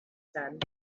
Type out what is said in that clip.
said